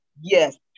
yes